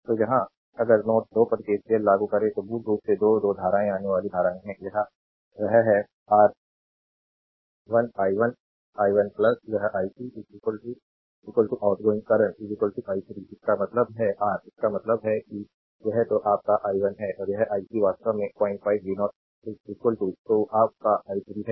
तो यहाँ अगर नोड 2 पर केसीएल लागू करें तो मूल रूप से 2 2 धाराएं आने वाली धारा हैं वह है r1 i1 i1 यह ic आउटगोइंग करंट i3 इसका मतलब है आर इसका मतलब है कि यह तो आप का i1 है और यह ic वास्तव में 05 v0 तो आप का i3 है